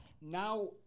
Now